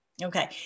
Okay